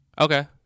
Okay